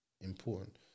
important